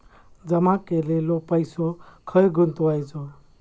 जमा केलेलो पैसो खय गुंतवायचो?